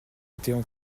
étaient